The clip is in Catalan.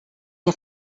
que